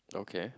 okay